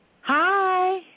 Hi